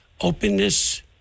openness